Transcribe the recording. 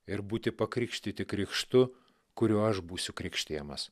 ir būti pakrikštyti krikštu kuriuo aš būsiu krikštijamas